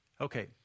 Okay